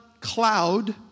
cloud